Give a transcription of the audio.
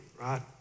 right